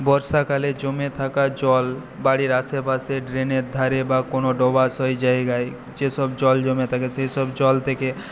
বর্ষাকালে জমে থাকা জল বাড়ির আশেপাশে ড্রেনের ধারে বা কোনো ডোবাশয় জায়গায় যেইসব জল জমে থাকে সেইসব জল থেকে